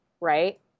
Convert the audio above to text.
right